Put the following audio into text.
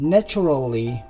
Naturally